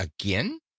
again